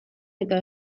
eta